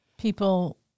people